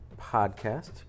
podcast